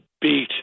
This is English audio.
beat